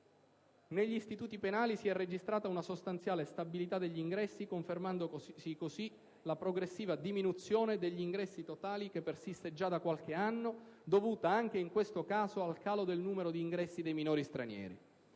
Negli istituti penali si è registrata una sostanziale stabilità degli ingressi, confermandosi così la progressiva diminuzione degli ingressi totali che persiste già da qualche anno, dovuta anche in questo caso al calo del numero di ingressi dei minori stranieri.